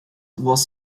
was